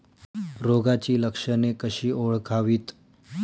रोगाची लक्षणे कशी ओळखावीत?